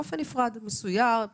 באופן נפרד וממוסגר?